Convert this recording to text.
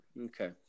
Okay